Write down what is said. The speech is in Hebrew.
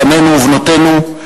בנינו ובנותינו,